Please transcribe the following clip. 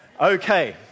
Okay